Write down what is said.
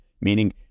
meaning